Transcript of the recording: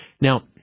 Now